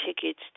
tickets